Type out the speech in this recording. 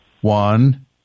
One